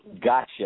Gotcha